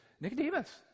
Nicodemus